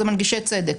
הוא מנגישי צדק.